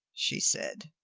she said.